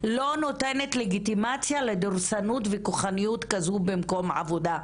תחרות לא נותנת לגיטימציה לדורסנות ולכוחנות כזו במקום העבודה.